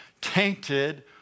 tainted